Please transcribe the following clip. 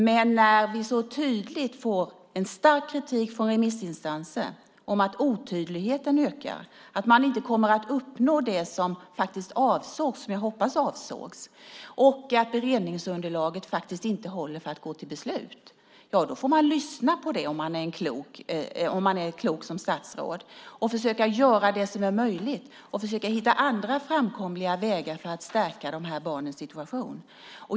Men när vi så tydligt får en stark kritik från remissinstanser om att otydligheten ökar, att man inte kommer att uppnå det som avsågs - som jag hoppas avsågs - och att beredningsunderlaget inte håller för att gå till beslut får man lyssna på det om man är klok som statsråd och försöka göra det som är möjligt och försöka hitta andra framkomliga vägar för att stärka de här barnens situation.